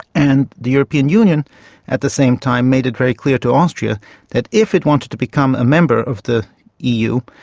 and the european union at the same time made it very clear to austria that if it wanted to become a member of the eu,